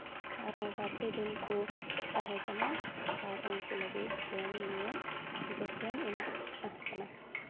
ᱟᱨᱦᱚᱸ ᱵᱟᱨ ᱯᱮ ᱫᱤᱱ ᱠᱚ ᱛᱟᱦᱮᱸ ᱠᱟᱱᱟ ᱟᱨ ᱩᱱᱠᱩ ᱞᱟᱹᱜᱤᱫ ᱡᱚᱢᱼᱧᱩ ᱡᱚᱛᱚᱧ ᱮᱢᱟᱫ ᱠᱚ ᱛᱟᱦᱮᱸ ᱠᱟᱱᱟ